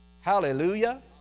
Hallelujah